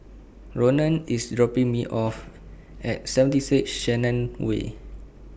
Ronan IS dropping Me off At seventy six Shenton Way